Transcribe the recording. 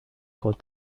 trop